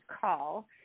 Call